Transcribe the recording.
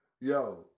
yo